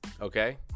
okay